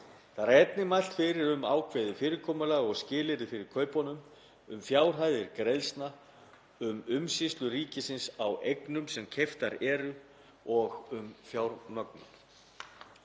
Þar er einnig mælt fyrir um ákveðið fyrirkomulag og skilyrði fyrir kaupum, um fjárhæðir greiðslna, um umsýslu ríkisins á eignum sem keyptar eru og um fjármögnun.